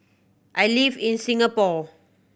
I live in Singapore